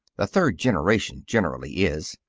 the third generation generally is.